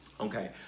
Okay